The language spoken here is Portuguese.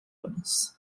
anos